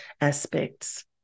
aspects